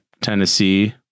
Tennessee